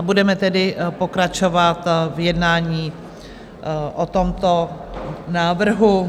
Budeme tedy pokračovat v jednání o tomto návrhu.